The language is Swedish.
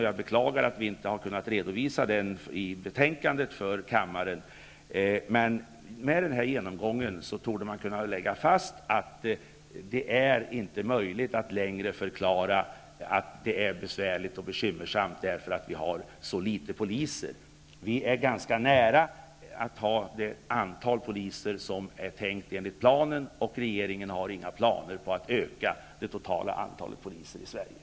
jag beklagar att vi inte har kunnat redovisa siffrorna i betänkandet -- torde man kunna lägga fast att det inte längre är möjligt att förklara alla bekymmer och svårigheter med att det är så få poliser. Vi är, fru talman, ganska nära det antal poliser som det är tänkt enligt planen. Regeringen har inga planer på att öka det totala antalet poliser i Sverige.